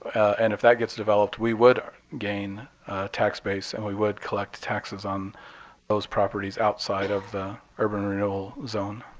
and if that gets developed, we would gain tax base and we would collect taxes on those properties outside of the urban renewal zone.